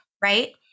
Right